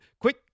quick